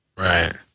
Right